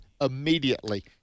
immediately